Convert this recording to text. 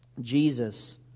Jesus